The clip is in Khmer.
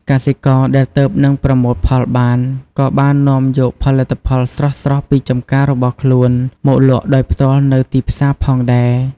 កសិករដែលទើបនឹងប្រមូលផលបាន ក៏បាននាំយកផលិតផលស្រស់ៗពីចម្ការរបស់ខ្លួនមកលក់ដោយផ្ទាល់នៅទីផ្សារផងដែរ។